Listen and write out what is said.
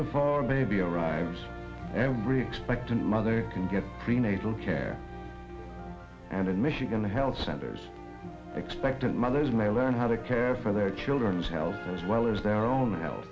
before baby arrives every expectant mother can get prenatal care and in michigan the health centers expectant mothers may learn how to care for their children's health as well as their own he